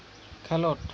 ᱠᱷᱮᱞᱚᱸᱰ